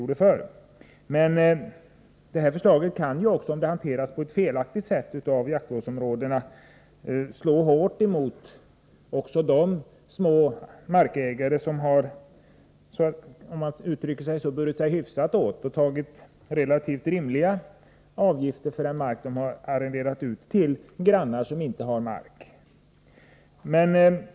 Men det föreliggande förslaget kan, om det hanteras på ett felaktigt sätt av jaktvårdsområdesföreningarna, slå hårt mot de små markägare som burit sig hyfsat åt, så att säga, och tagit relativt rimliga avgifter för den mark de arrenderat ut till grannar som inte har egen mark.